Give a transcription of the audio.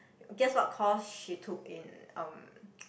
guess what course she took in um